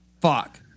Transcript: Fuck